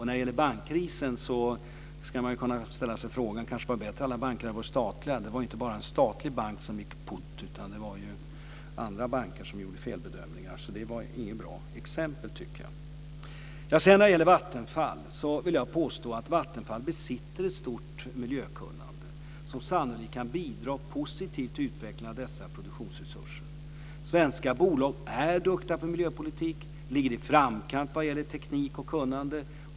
När det gäller bankkrisen hade man kunnat ställa sig frågan om det kanske hade varit bättre att alla banker hade varit statliga. Det var inte bara en statlig bank som gick i putten, det var även andra banker som gjorde felbedömningar. Det var inget bra exempel, tycker jag. Jag vill påstå att Vattenfall besitter ett stort miljökunnande som sannolikt kan bidra positivt till utvecklingen av dessa produktionsresurser. Svenska bolag är duktiga på miljöpolitik, ligger i framkant vad gäller teknik och kunnande.